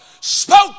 spoke